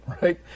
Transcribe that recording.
right